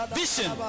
vision